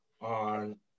on